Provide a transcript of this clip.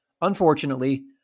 Unfortunately